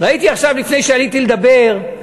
ראיתי עכשיו, לפני שעליתי לדבר,